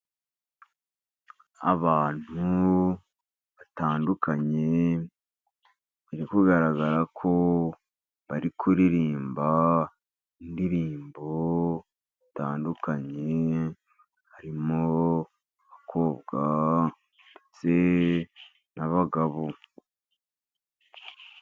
Abantu batandukanye bari kugaragara ko bari kuririmba indirimbo zitandukanye, harimo abakobwa, ndetse n'abagabo.